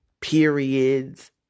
Periods